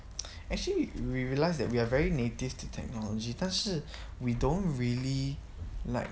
actually we realised that we are very native to technology 但是 we don't really like